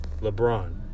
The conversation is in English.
LeBron